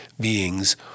beings